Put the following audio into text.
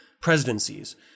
presidencies